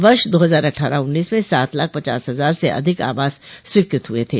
वर्ष दो हजार अट्ठारह उन्नीस में सात लाख पचास हजार से अधिक आवास स्वीकृत हुए थे